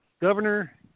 Governor